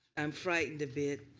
am frightened a bit